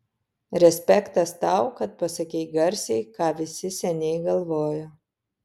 respektas tau kad pasakei garsiai ką visi seniai galvojo